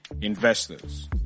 investors